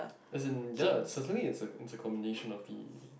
as in ya Socently is the combination of the